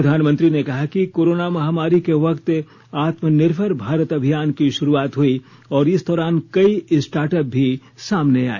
प्रधानमंत्री ने कहा कि कोरोना महामारी के वक्त आत्मनिर्भर भारत अभियान की शुरूआत हुई और इस दौरान कई स्टार्टअप भी सामने आए